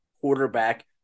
quarterback